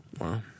Wow